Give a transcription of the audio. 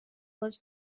was